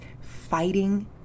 fighting